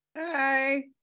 Hi